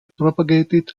propagated